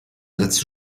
letzte